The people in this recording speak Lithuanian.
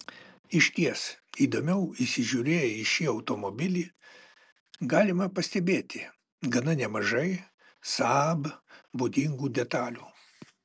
išties įdėmiau įsižiūrėję į šį automobilį galime pastebėti gana nemažai saab būdingų detalių